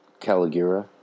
Caligura